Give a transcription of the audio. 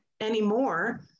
anymore